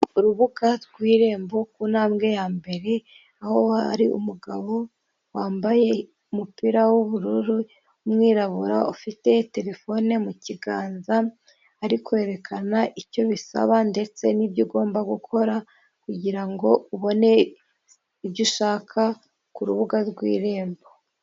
Urubuga rw' irembo kutambwe ya mbere aho ari umugabo wambaye umupira w'ubururu w'umwirabura ufite terefone mu kiganza ari kwerekana icyo bisaba ndetse n'ibyo ugomba gukora kugira ngo ubone ibyo ushaka ku rubuga rw'irembo.